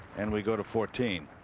and we go to fourteen